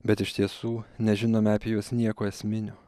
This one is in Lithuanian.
bet iš tiesų nežinome apie juos nieko esminio